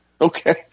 Okay